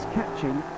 catching